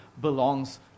belongs